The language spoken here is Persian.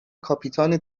کاپیتان